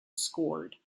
scored